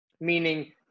Meaning